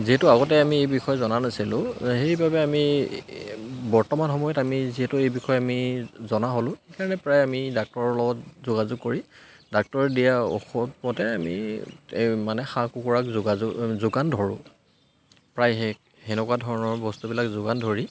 যিহেতু আগতে আমি এই বিষয়ে জনা নাছিলোঁ সেইবাবে আমি বৰ্তমান সময়ত আমি যিহেতু এই বিষয়ে আমি জনা হ'লোঁ সেইকাৰণে প্ৰায় আমি ডাক্তৰৰ লগত যোগাযোগ কৰি ডাক্তৰে দিয়া ঔষধমতে আমি মানে হাঁহ কুকুৰাক যোগাযোগ যোগান ধৰোঁ প্ৰায় সেই তেনেকুৱা ধৰণৰ বস্তুবিলাক যোগান ধৰি